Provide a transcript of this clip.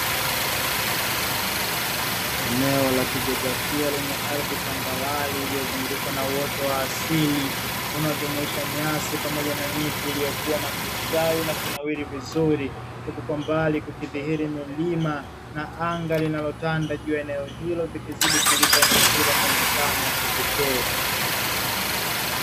Eneo la kijiografia lenye ardhi tambarare; iliyozungukwa na uoto wa asili unaojumuisha nyasi pamoja na miti iliyokua na kustawi na kunawiri vizuri, huku kwa mbali kukidhihiri milima na anga linalotanda juu ya eneo hilo, vikizidi kulipa eneo hilo muonekano wa pekee.